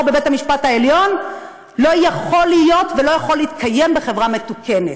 בבית-המשפט העליון לא יכול להיות ולא יכול להתקיים בחברה מתוקנת.